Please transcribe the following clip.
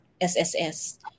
SSS